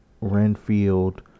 Renfield